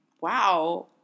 wow